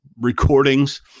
recordings